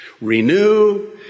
renew